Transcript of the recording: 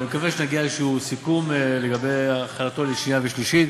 ואני מקווה שנגיע לאיזשהו סיכום לגבי הכנתו לשנייה ושלישית.